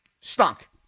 stunk